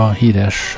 híres